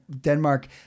Denmark